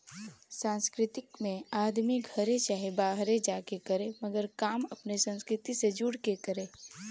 सांस्कृतिक में आदमी घरे चाहे बाहरे जा के करे मगर काम अपने संस्कृति से जुड़ के करे